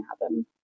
happen